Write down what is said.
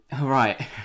Right